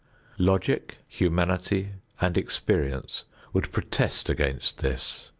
logic, humanity and experience would protest against this.